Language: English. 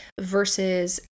versus